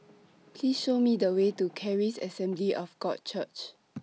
Please Show Me The Way to Charis Assembly of God Church